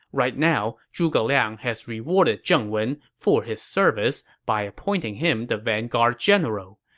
right now zhuge liang has rewarded zheng wen for his service by appointing him the vanguard general.